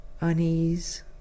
unease